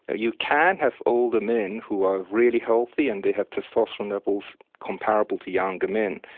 ah you can have older men who are really healthy and they have testosterone levels comparable to younger men.